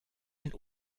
den